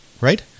right